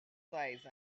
size